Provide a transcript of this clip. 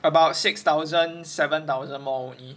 about six thousand seven thousand more only